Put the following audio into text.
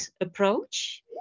approach